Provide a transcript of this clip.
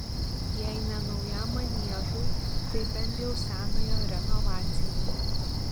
jei ne naujam maniežui tai bent jau senojo renovacijai